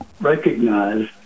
recognize